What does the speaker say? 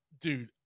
Dude